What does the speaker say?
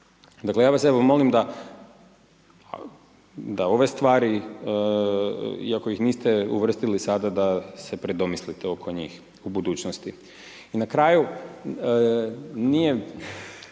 Dakle, ja vas evo molim da ove stvari iako ih niste uvrstili sada da se predomislite oko njih u budućnosti. I na kraju nije